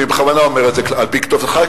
אני בכוונה אומר את זה על-פי כתובתך,